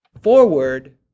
forward